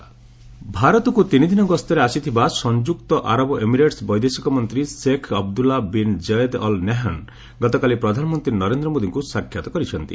UAE FM PM Modi ଭାରତକୁ ତିନିଦିନ ଗସ୍ତରେ ଆସିଥିବା ସଂଯୁକ୍ତ ଆରବ ଏମିରେଟ୍ ବୈଦେଶିକ ମନ୍ତ୍ରୀ Sheikh Abdullah bin Zayed Al Nahyan ଗତକାଲି ପ୍ରଧାନମନ୍ତ୍ରୀ ନରେନ୍ଦ୍ର ମୋଦିଙ୍କୁ ସାକ୍ଷାତ କରିଛନ୍ତି